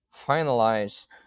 finalize